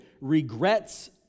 regrets